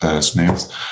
snails